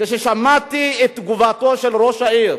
כששמעתי את תגובתו של ראש העיר.